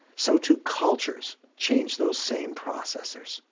so too cultures change those same processors